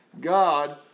God